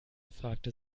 fragte